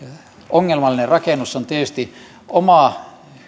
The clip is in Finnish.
ongelmallinen rakennus on tietysti oma